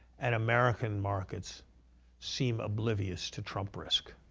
and american markets seem oblivious to trump risk,